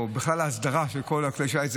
ובכלל ההסדרה של כל כלי השיט,